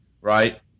right